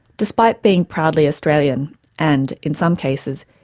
despite being proudly australian and, in some cases,